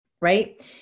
right